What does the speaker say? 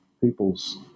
people's